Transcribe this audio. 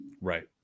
Right